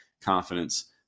confidence